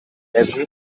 essen